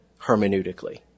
hermeneutically